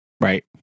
right